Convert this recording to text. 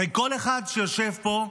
הרי כל אחד שיושב פה,